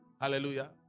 Hallelujah